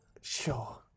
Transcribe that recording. Sure